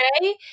okay